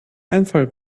einfall